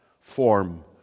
form